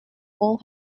all